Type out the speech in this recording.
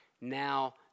now